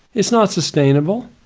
is not sustainable.